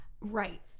Right